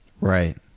Right